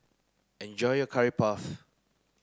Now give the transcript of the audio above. enjoy your curry puff